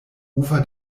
ufer